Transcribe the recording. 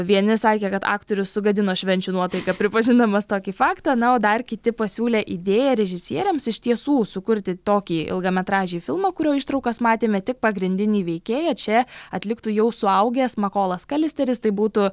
vieni sakė kad aktorius sugadino švenčių nuotaiką pripažindamas tokį faktą na o dar kiti pasiūlė idėją režisieriams iš tiesų sukurti tokį ilgametražį filmą kurio ištraukas matėme tik pagrindinį veikėją čia atliktų jau suaugęs makolas kalisteristai būtų